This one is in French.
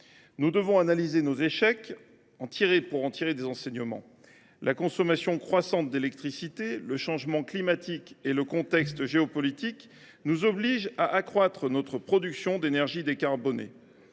Nous devons analyser nos échecs et en tirer les enseignements. La consommation croissante d’électricité, le changement climatique et le contexte géopolitique nous obligent à accroître notre production d’énergie décarbonée.